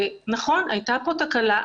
נכון, הייתה פה תקלה.